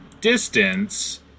distance